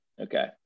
Okay